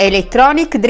Electronic